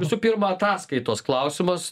visų pirma ataskaitos klausimas